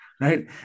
Right